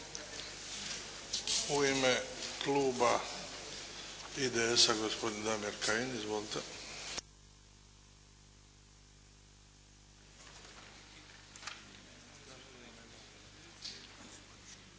U ime kluba IDS-a, gospodin Damir Kajin. Izvolite.